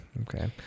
Okay